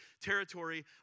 territory